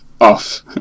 off